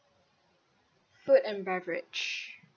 food and beverage